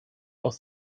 aus